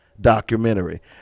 documentary